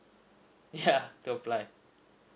yeah to apply